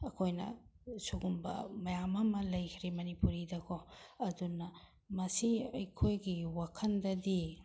ꯑꯩꯈꯣꯏꯅ ꯁꯤꯒꯨꯝꯕ ꯌꯥꯝ ꯑꯃ ꯂꯩꯈ꯭ꯔꯦ ꯃꯅꯤꯄꯨꯔꯤꯗ ꯀꯣ ꯑꯗꯨꯅ ꯃꯁꯤ ꯑꯩꯈꯣꯏꯒꯤ ꯋꯥꯈꯜꯗꯗꯤ